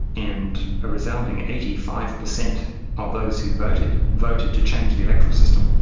and a resounding eighty five percent of those who voted, voted to change the electoral system.